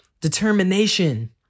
determination